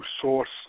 source